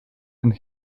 and